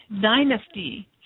dynasty